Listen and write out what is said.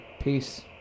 Peace